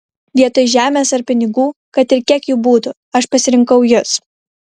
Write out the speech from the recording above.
vietoj žemės ar pinigų kad ir kiek jų būtų aš pasirinkau jus